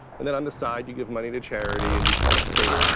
and then on the side, you give money to charity and you kind of create,